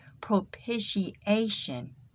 propitiation